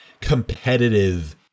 competitive